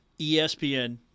ESPN